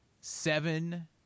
seven